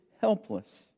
helpless